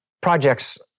projects